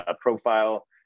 profile